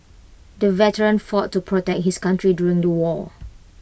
the veteran fought to protect his country during the war